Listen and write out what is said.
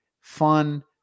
fun